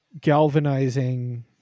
galvanizing